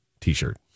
T-shirt